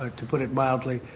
to put it mildly.